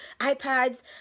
ipads